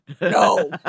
No